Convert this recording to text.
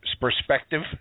perspective